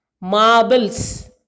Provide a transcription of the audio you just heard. Marbles